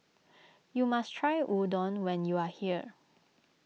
you must try Udon when you are here